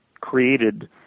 created